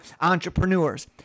entrepreneurs